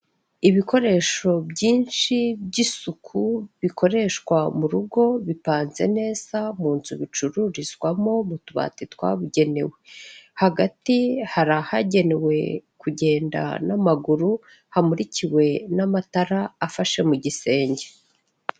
Ibikoresho byinshi by'isuku bikoreshwa mu rugo bipanze neza mu nzu bicururizwamo mu tubati twabugenewe, hagati hari ahagenewe kugenda n'amaguru hamurikiwe n'amatara afashe mu gisenge.